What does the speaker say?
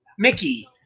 Mickey